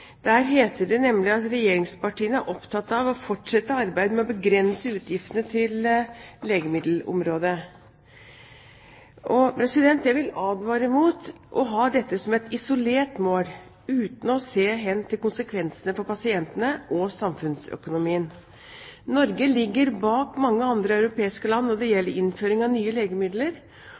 Der heter det nemlig at regjeringspartiene er opptatt av å fortsette arbeidet med å begrense utgiftene til legemiddelområdet. Jeg vil advare mot å ha dette som et isolert mål uten å se hen til konsekvensene for pasientene og for samfunnsøkonomien. Norge ligger bak mange andre europeiske land når det gjelder innføring av nye legemidler.